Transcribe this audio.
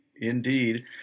Indeed